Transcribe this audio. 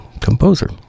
composer